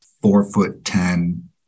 four-foot-ten